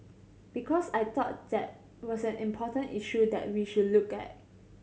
because I thought that was an important issue that we should look at